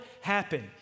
happen